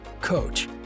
coach